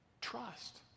Trust